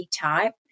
type